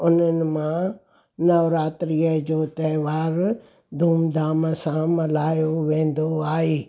उन्हनि मां नवरात्रीअ जो त्योहारु धूम धाम सां मल्हायो वेंदो आहे